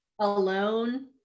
alone